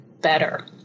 better